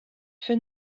fait